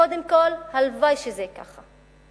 קודם כול, הלוואי שזה כך.